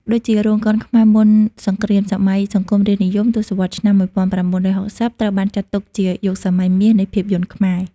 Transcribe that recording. ដូចជា រោងកុនខ្មែរមុនសង្គ្រាម សម័យសង្គមរាស្ត្រនិយម ទសវត្សរ៍ឆ្នាំ១៩៦០ ត្រូវបានចាត់ទុកជាយុគសម័យមាសនៃភាពយន្តខ្មែរ។